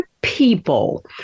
people